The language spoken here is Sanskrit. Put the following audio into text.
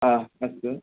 आम् अस्तु